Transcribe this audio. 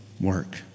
work